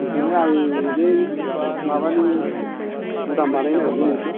बिदिनो आं बे माबानि गुदाम बानायनो नागिरदों मोनसे